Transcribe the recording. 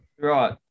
Right